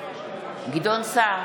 בהצבעה גדעון סער,